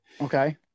Okay